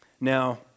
Now